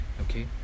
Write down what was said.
Okay